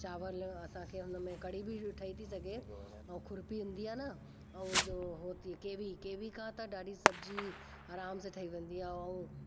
चांवर असांखे हुन में कढ़ी बि ठही थी सघे ऐं खुर्पी हूंदी आहे न ऐं जो उहो थी केवी केवी खां त ॾाढी सब्ज़ी आराम सां ठही वेंदी आहे ऐं